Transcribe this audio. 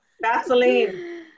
Vaseline